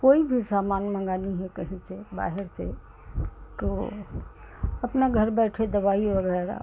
कोई भी सामान मँगाना है कहीं से बाहर से तो अपना घर बैठे दवाई वग़ैरह